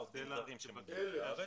25,000 עובדים זרים שמגיעים לארץ.